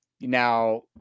now